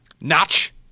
Notch